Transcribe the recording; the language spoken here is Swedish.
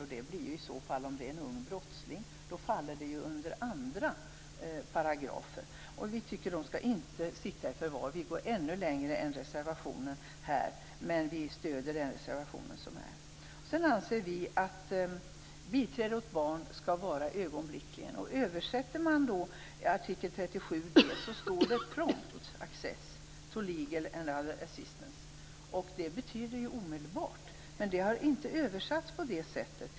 Det blir i så fall om det handlar om en ung brottsling. Då faller det ju under andra paragrafer. Vi tycker inte att barn skall sitta i förvar. Vi går ännu längre än den reservation som finns här, men vi stöder reservationen som har lagts fram. Sedan anser vi att det här med biträde åt barn skall gälla ögonblickligen. Översätter man artikel 37 så står det prompt access to legal and other assistance. Det betyder ju "omedelbart". Men det har inte översatts på det sättet.